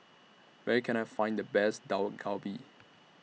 Where Can I Find The Best Dak Galbi